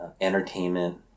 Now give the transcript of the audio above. entertainment